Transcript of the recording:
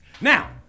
Now